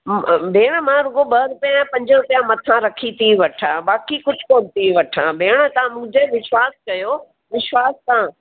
भेण मां रुॻो ॿ रुपया या पंज रुपया मथां रखी थी वठां बाक़ी कुझु कोन थी वठां भेण तव्हां मूं ते विश्वास कयो विश्वास तव्हां